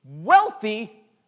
wealthy